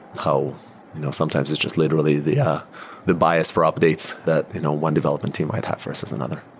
how sometimes it's just literally the yeah the bias for updates that you know one development team might have versus another